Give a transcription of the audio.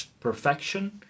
perfection